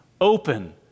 Open